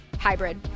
hybrid